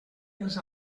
els